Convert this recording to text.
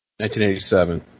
1987